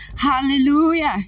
hallelujah